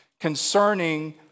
concerning